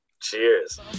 cheers